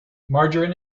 margarine